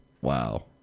Wow